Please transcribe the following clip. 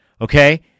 Okay